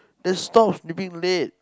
then stop sleeping late